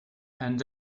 and